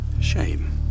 Shame